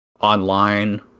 online